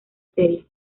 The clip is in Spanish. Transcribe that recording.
serie